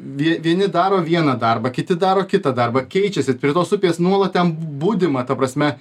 vie vieni daro vieną darbą kiti daro kitą darbą keičiasi prie tos upės nuolat ten budima ta prasme